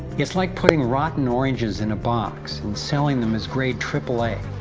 it's like putting rotten oranges in a box and selling them as grade aaa.